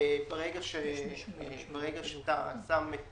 אתה מדבר על